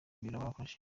birababaje